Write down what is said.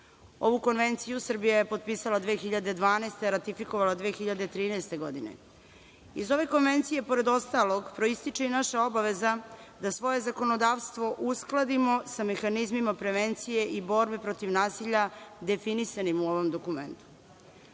Ovu Konvencije Srbija je potpisala 2012. godine, a ratifikovala 2013. godine. Iz ove konvencije, pored ostalog, proističe i naša obaveza da svoje zakonodavstvo uskladimo sa mehanizmima prevencije i borbe protiv nasilja definisanim u ovom dokumentu. Zakon